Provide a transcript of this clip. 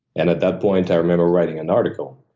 and at that point, i remember writing an article,